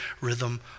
rhythm